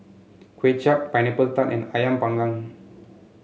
Kway Chap Pineapple Tart and ayam panggang